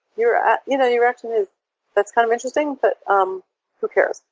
your ah you know your reaction is, that's kind of interesting, but um who cares,